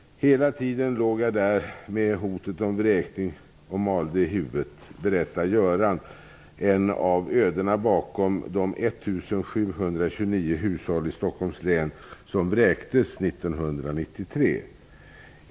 ''Hela tiden låg det där med hotet om vräkning och malde i bakhuvudet'', berättar Göran, en av ödena bakom de 1 729 hushåll i Stockholms län som vräktes 1993.